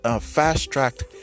fast-tracked